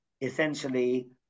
essentially